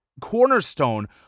cornerstone